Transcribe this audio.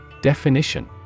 Definition